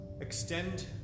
extend